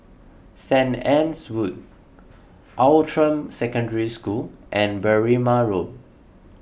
St Anne's Wood Outram Secondary School and Berrima Road